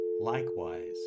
likewise